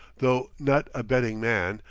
though not a betting man,